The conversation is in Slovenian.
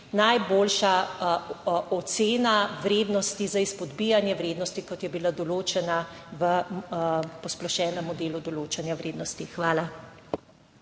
najboljša ocena vrednosti za izpodbijanje vrednosti, kot je bila določena v posplošenem modelu določanja vrednosti. Hvala.